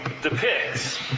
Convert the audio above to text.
depicts